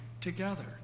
together